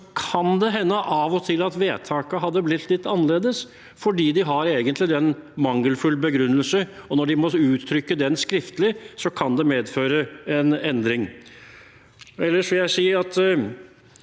kan det hende at vedtaket hadde blitt litt annerledes. Har de egentlig en mangelfull begrunnelse, og de må uttrykke den skriftlig, kan det medføre en endring. Ellers vil jeg si at